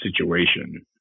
situation